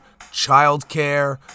childcare